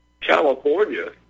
California